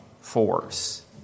force